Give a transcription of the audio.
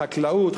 חקלאות,